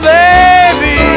baby